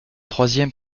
troisième